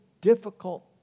difficult